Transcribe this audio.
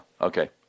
okay